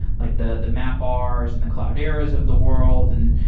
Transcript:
like the the maprs and the clouderas of the world and,